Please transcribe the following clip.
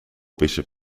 bishop